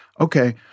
okay